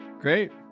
Great